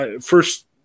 First